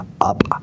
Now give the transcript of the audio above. up